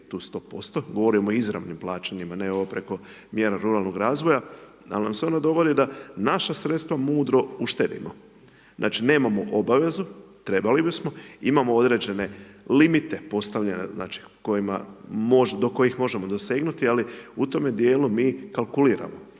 tu 100%, govorimo o izravnim plaćanjima, ne ovo preko mjera ruralnog razvoja. Pa nam se onda dogodi da naša sredstva mudro uštedimo. Znači nemamo obavezu, trebali bismo, imamo određene limite postavljene, kojima može, do kojih možemo dosegnuti, ali u tome dijelu mi kalkuliramo.